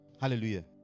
Hallelujah